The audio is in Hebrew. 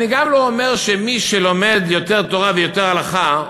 אני גם לא אומר שמי שלומד יותר תורה ויותר הלכה,